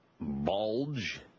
bulge